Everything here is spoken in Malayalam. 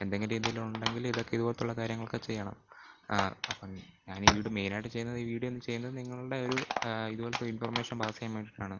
എന്തെങ്കിലും ഇതിലുണ്ടെങ്കിൽ ഇതൊക്കെ ഇതുപോലത്തെ ഉള്ള കാര്യങ്ങളൊക്കെ ചെയ്യണം അപ്പം ഞാനീ വീഡിയോ മെയിൻ ആയിട്ട് ചെയ്യുന്നത് ഈ വീഡിയോ ചെയ്യുന്നത് നിങ്ങളുടെ ഒരു ഇതുപോലത്തെ ഇൻഫോർമേഷൻ പാസ് ചെയ്യാൻ വേണ്ടിയിട്ടാണ്